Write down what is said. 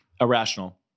Irrational